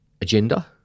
agenda